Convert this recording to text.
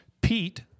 Pete